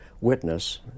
Witness